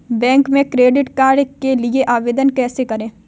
Bank में credit card के लिए आवेदन कैसे करें?